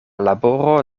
laboro